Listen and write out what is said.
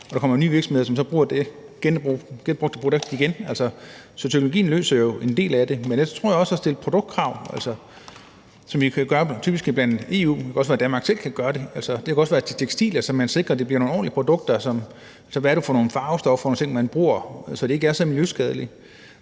Og der kommer nye virksomheder, som så genbruger det brugte produkt igen. Altså, teknologien løser jo en del af det. Men ellers tror jeg også på at stille produktkrav: Altså, som vi kan gøre, typisk i forhold til EU, og det kunne også være, Danmark selv kunne gøre det. Det kunne også være krav til tekstiler, så man sikrer, det bliver nogle ordentlige produkter, i forhold til hvad det er for nogle farvestoffer og ting, man bruger, så det ikke er så miljøskadeligt.